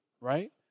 right